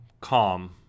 calm